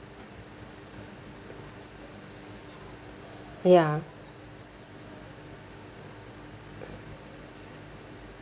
ya